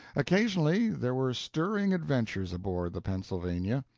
occasionally there were stirring adventures aboard the pennsylvania.